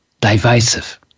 divisive